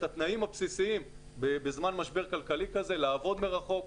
התנאים הבסיסיים בזמן משבר כלכלי כזה לעבוד מרחוק,